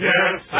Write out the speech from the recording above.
Yes